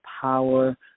power